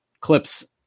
clips